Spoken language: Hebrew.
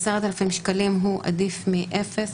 10,000 שקלים עדיף מאפס,